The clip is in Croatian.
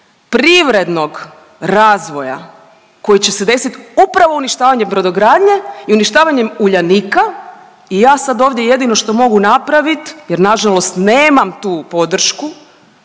privrednog razvoja koji će se desit upravo uništavanjem brodogradnje i uništavanjem Uljanika i ja sad ovdje jedino što mogu napravit jer nažalost nemam tu podršku